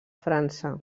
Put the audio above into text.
frança